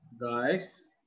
Guys